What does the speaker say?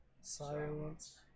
Silence